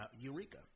Eureka